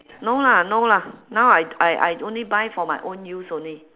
no lah no lah now I I I only buy for my own use only